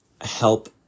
help